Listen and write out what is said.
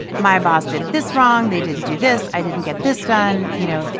my boss did this wrong. they didn't do this. i didn't get this done. you know,